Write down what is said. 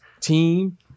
team